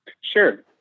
Sure